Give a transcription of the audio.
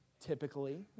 typically